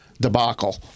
debacle